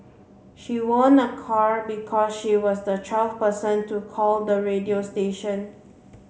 she won a car because she was the twelfth person to call the radio station